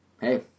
Hey